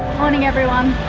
morning, everyone.